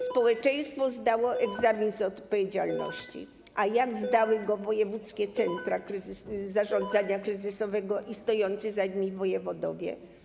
Społeczeństwo zdało egzamin z odpowiedzialności, a jak zdały go wojewódzkie centra zarządzania kryzysowego i stojący za nimi wojewodowie?